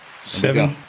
Seven